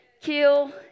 kill